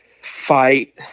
fight